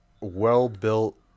well-built